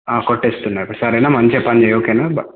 ఆ కొట్టేస్తున్నా సరేనా మంచిగా పని చేయి ఓకేనా